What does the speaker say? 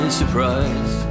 surprise